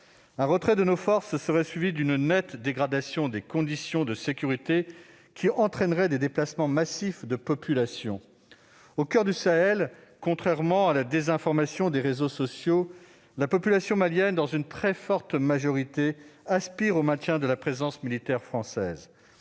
Un retrait de nos forces serait suivi d'une nette dégradation des conditions de sécurité, qui entraînerait des déplacements massifs de population. Au coeur du Sahel, contrairement à la désinformation des réseaux sociaux, la population malienne, à une très forte majorité, aspire au maintien de la présence militaire française.